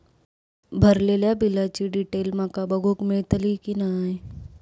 भरलेल्या बिलाची डिटेल माका बघूक मेलटली की नाय?